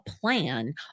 plan